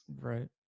Right